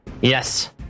Yes